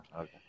okay